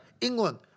England